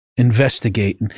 investigate